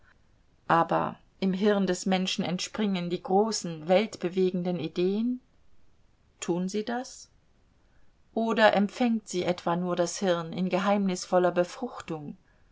aber im hirn des menschen entspringen die großen weltbewegenden ideen tun sie das oder empfängt sie etwa nur das hirn in geheimnisvoller befruchtung